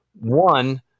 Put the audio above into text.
One